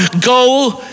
go